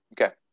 Okay